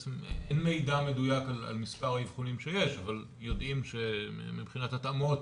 בעצם אין מידע מדוייק על מספר האבחונים שיש אבל יודעים שמבחינת התאמות